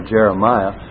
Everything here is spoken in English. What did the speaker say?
Jeremiah